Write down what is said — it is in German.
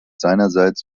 seinerseits